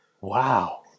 Wow